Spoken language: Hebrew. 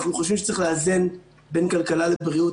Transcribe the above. אנחנו חושבים שצריך לאזן בין כלכלה לבריאות.